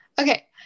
Okay